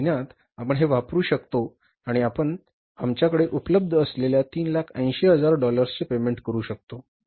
या महिन्यात आपण हे वापरू शकतो आणि आपण आमच्याकडे उपलब्ध असलेल्या 380000 डॉलर्सचे पेमेंट करू शकतो